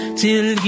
till